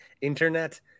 Internet